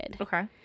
okay